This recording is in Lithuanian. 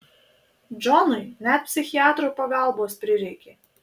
džonui net psichiatro pagalbos prireikė